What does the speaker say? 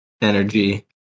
energy